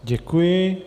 Děkuji.